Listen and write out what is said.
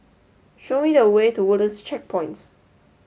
show me the way to Woodlands Checkpoints